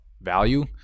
value